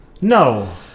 No